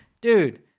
dude